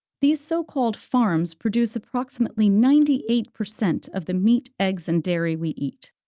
these so-called farms produce approximately ninety eight per cent of the meat, eggs, and dairy we eat.